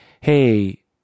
hey